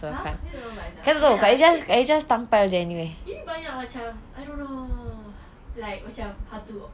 !huh! get a little vibes eh eh ya actually ini banyak macam I don't know macam how to